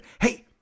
hey